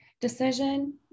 decision